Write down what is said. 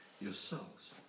yourselves